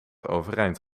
overeind